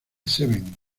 seven